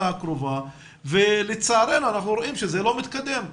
הקרובה ולצערנו אנחנו רואים שזה לא מתקדם.